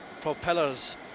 propellers